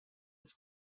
was